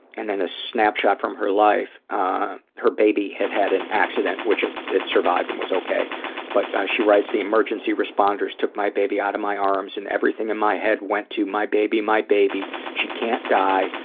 and then a snapshot from her life her baby had had an accident which it it survived and it was okay but she writes the emergency responders took my baby out of my arms and everything in my head went to, my baby, my baby, she can't die.